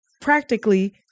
practically